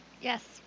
Yes